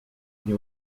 dni